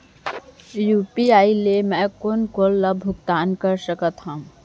UPI ले मैं कोन कोन ला भुगतान कर सकत हओं?